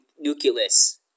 nucleus